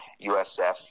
USF